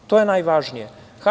To je najvažnije.